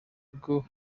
ubwo